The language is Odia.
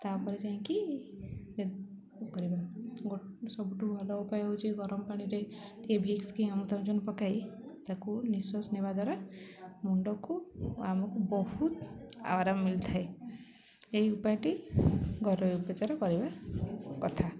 ତା'ପରେ ଯାଇଁକି କରିବା ଗୋ ସବୁଠୁ ଭଲ ଉପାୟ ହେଉଛି ଗରମ ପାଣିରେ ଟିକେ ଭିକ୍ସ କି ଅମୃତାଜନ ପକାଇ ତାକୁ ନିଶ୍ୱାସ ନେବା ଦ୍ୱାରା ମୁଣ୍ଡକୁ ଆମକୁ ବହୁତ ଆରାମ ମିଳି ଥାଏ ଏହି ଉପାୟଟି ଘରୋଇ ଉପଚାର କରିବା କଥା